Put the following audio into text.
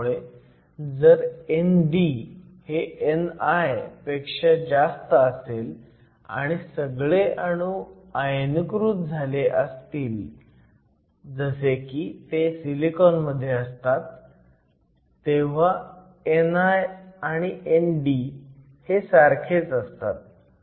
त्यामुळे जर ND हे ni पेक्षा जास्त असेल आणि सगळे अणू आयनीकृत झाले असतील जसे की ते सिलिकॉन मध्ये असतातच तेव्हा ni आणि ND हे सारखेच असतात